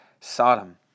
Sodom